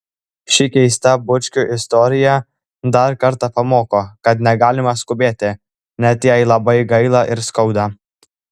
ši keista bučkių istorija dar kartą pamoko kad negalima skubėti net jei labai gaila ir skauda